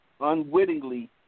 unwittingly